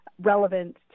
relevant